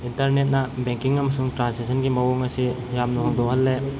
ꯏꯟꯇꯔꯅꯦꯠꯅ banking ꯑꯃꯁꯨꯡ ꯇ꯭ꯔꯥꯟꯁꯦꯛꯁꯟꯒꯤ ꯃꯑꯣꯡ ꯑꯁꯤ ꯌꯥꯝꯅ ꯍꯣꯡꯗꯣꯛꯍꯜꯂꯦ